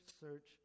search